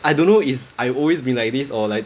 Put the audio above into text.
I don't know if I always been like this or like